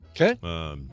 Okay